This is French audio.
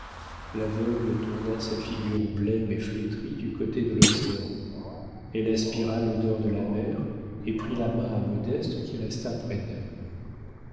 tourna sa figure blême et flétrie du côté de l'océan elle aspira l'odeur de la mer et prit la main à modeste qui resta près d'elle